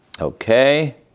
Okay